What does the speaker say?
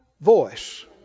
voice